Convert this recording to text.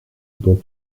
dont